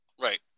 right